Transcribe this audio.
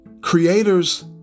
Creators